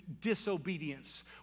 disobedience